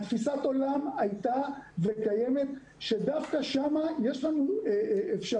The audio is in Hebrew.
תפיסת העולם היא שדווקא שם יש לנו אפשרות